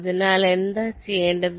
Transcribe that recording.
അതിനാൽ എന്താ ചെയ്യണ്ടത്